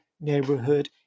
neighborhood